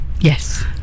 Yes